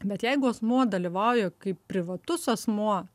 bet jeigu asmuo dalyvauja kaip privatus asmuo